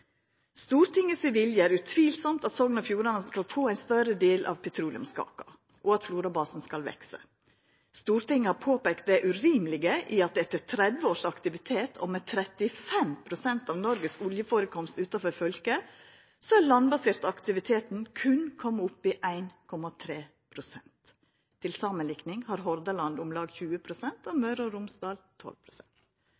Stortinget sin vilje er utan tvil at Sogn og Fjordane skal få ein større del av petroleumskaka, og at Florabasen skal veksa. Stortinget har påpeikt det urimelege i at den landbaserte aktiviteten – etter 30 år med aktivitet og med 35 pst. av Noregs oljeførekomst utanfor fylket – berre er komen opp i 1,3 pst. Til samanlikning har Hordaland om lag 20 pst. og